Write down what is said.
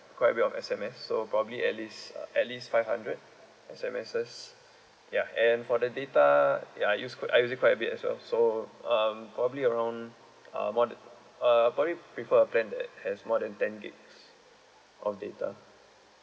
quite a bit of S_M_S so probably at least uh at least five hundred S_M_Ss ya and for the data I use I use quite a bit as well so um probably around uh one uh probably prefer a plan that has more than ten gigabytes of data